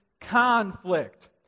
conflict